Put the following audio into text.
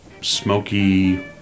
smoky